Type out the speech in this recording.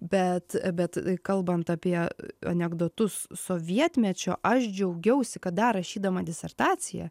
bet bet kalbant apie anekdotus sovietmečio aš džiaugiausi kad dar rašydama disertaciją